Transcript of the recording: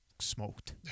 smoked